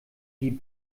die